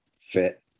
fit